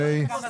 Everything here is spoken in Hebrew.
למשך כמה זמן?